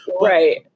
Right